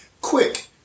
quick